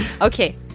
Okay